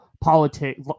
politics